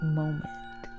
moment